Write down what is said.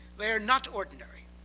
they are not ordinary.